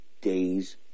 days